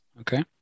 Okay